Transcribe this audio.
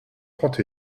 trente